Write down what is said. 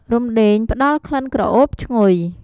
រំដេង ផ្តល់ក្លិនក្រអូបឈ្ងុយ។